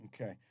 Okay